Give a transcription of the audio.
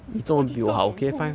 我去厕所哭